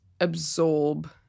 absorb